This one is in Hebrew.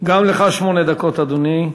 גם לך שמונה דקות, אדוני.